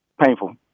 painful